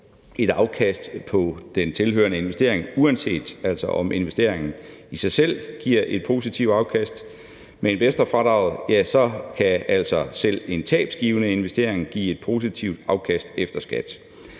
et afkast på den tilhørende den investering, uanset om investeringen i sig selv giver et positivt afkast. Med investorfradraget kan altså selv en tabsgivende investering give et positivt afkast efter skat.